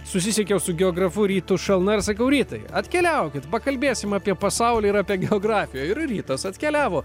susisiekiau su geografu rytu šalna ir sakau rytai atkeliaukit pakalbėsim apie pasaulį ir apie geografiją ir rytas atkeliavo